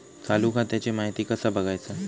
चालू खात्याची माहिती कसा बगायचा?